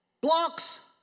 blocks